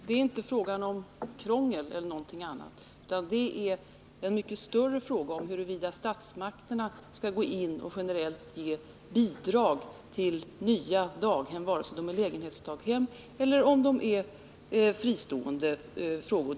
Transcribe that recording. Herr talman! Här gäller det inte krångel eller något annat i den vägen utan en mycket större fråga, nämligen huruvida statsmakterna generellt skall ge bidrag till nya daghem vare sig de är lägenhetsdaghem eller fristående barnstugor.